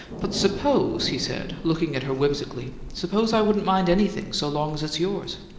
but suppose, he said, looking at her whimsically suppose i wouldn't mind anything so long as it's yours?